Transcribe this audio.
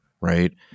right